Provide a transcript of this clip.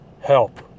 help